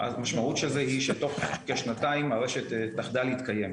המשמעות של זה היא שתוך כשנתיים הרשת תחדל להתקיים.